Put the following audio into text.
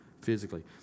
physically